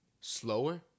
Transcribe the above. slower